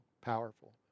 powerful